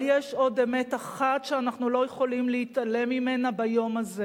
אבל יש עוד אמת אחת שאנחנו לא יכולים להתעלם ממנה ביום הזה.